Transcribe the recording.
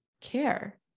care